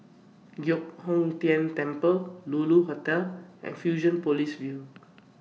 Giok Hong Tian Temple Lulu Hotel and Fusionopolis View